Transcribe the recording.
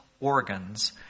organs